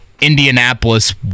Indianapolis